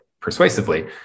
persuasively